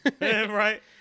Right